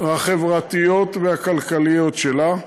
החברתיות והכלכליות שלה,